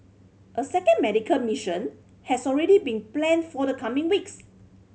a second medical mission has already been planned for the coming weeks